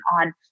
on